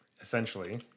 essentially